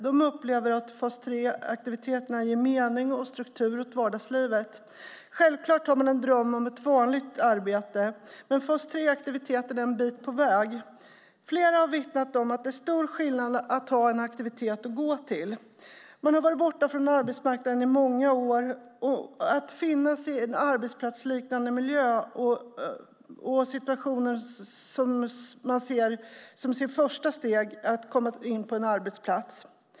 De upplever att fas 3-aktiviteterna ger mening och struktur åt vardagslivet. Självklart har de en dröm om ett vanligt arbete, men fas 3-aktiviteten är en bit på väg. Flera har vittnat om att det är stor skillnad att ha en aktivitet att gå till. De har varit borta från arbetsmarknaden i många år. Nu finns de i en arbetsplatsliknande miljö och i situationer som de ser som ett första steg mot att komma in på en arbetsplats.